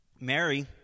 Mary